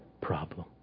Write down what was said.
problem